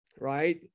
right